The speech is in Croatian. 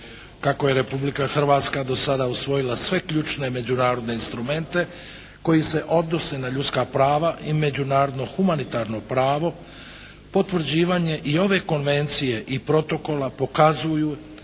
Kako je Republika Hrvatska do sada usvojila sve ključne međunarodne instrumente koji se odnose na ljudska prava i međunarodno humanitarno pravo potvrđivanje i ove konvencije i protokola pokazuju